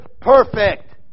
perfect